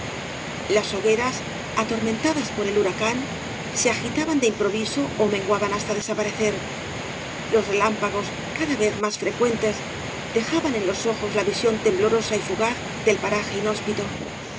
las hogueras atormentadas por el huracán se agitaban de improviso ó menguaban hasta desaparecer los relámpagos cada vez más frecuentes dejaban en los ojos la visión temblorosa y fugaz del paraje inhóspito